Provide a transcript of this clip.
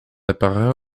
apparaît